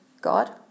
God